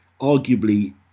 arguably